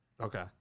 Okay